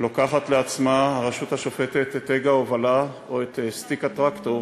לוקחת לעצמה הרשות השופטת את הגה ההובלה או את סטיק הטרקטור,